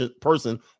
person